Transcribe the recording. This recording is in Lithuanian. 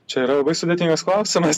čia yra labai sudėtingas klausimas